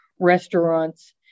Restaurants